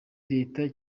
leta